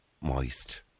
Moist